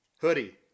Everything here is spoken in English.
Hoodie